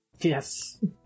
yes